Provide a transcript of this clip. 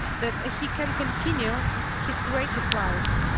that he can continue his creative life,